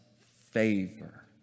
favor